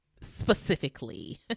specifically